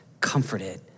comforted